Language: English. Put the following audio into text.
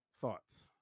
Thoughts